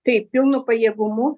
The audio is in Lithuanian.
taip pilnu pajėgumu